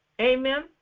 amen